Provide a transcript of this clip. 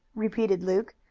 repeated luke,